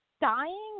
dying